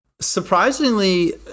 Surprisingly